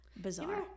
bizarre